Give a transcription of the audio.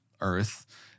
earth